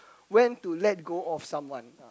when to let go on someone